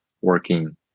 working